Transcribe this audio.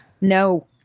No